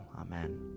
Amen